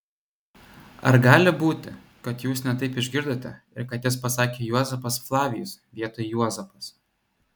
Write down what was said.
ar gali būti kad jūs ne taip išgirdote ir kad jis pasakė juozapas flavijus vietoj juozapas